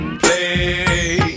play